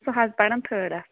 سُہ حظ پران تھٲڈس